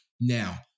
Now